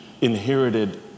inherited